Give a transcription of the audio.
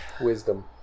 Wisdom